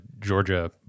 georgia